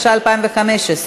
התשע"ה 2015,